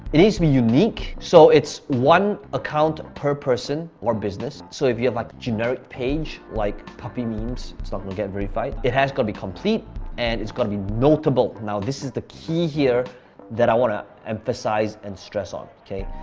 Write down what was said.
it needs to be unique, so it's one account per person or business. so if you have like generic page, like puppy memes, it's not gonna get verified, it has gotta be complete and it's gotta be notable. now this is the key here that i wanna emphasize and stress on. okay?